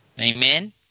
Amen